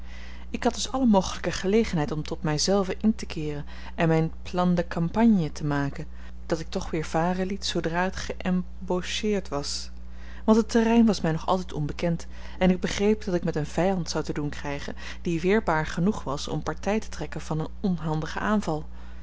ik had dus alle mogelijke gelegenheid om tot mij zelven in te keeren en mijn plan de campagne te maken dat ik toch weer varen liet zoodra het geëmbaucheerd was want het terrein was mij nog altijd onbekend en ik begreep dat ik met een vijand zou te doen krijgen die weerbaar genoeg was om partij te trekken van een onhandigen aanval